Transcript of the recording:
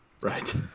Right